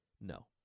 No